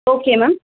okay ma'am